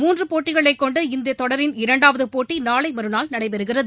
மூன்று போட்டிகளைக் கொண்ட இந்த தொடரின் இரண்டாவது போட்டி நாளை மறுநாள் நடைபெறுகிறது